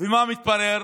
ומה מתברר?